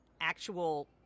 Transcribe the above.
actual